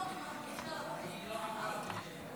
איך אנחנו נמנע הלבנת הון,